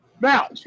Now